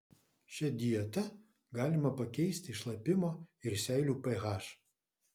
šia dieta galima pakeisti šlapimo ir seilių ph